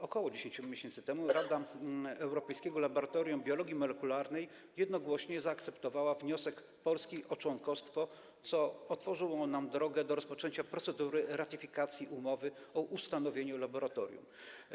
Około 10 miesięcy temu Rada Europejskiego Laboratorium Biologii Molekularnej jednogłośnie zaakceptowała wniosek Polski o członkostwo, co otworzyło nam drogę do rozpoczęcia procedury ratyfikacji umowy o ustanowieniu laboratorium.